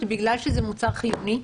בגלל שזה מוצר חיוני,